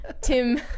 Tim